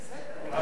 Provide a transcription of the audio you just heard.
בסדר.